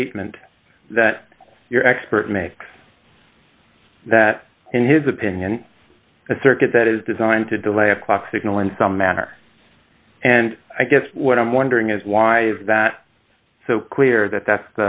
statement that your expert makes that in his opinion a circuit that is designed to delay a clock signal in some manner and i guess what i'm wondering is why is that so clear that that